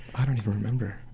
i don't even remember.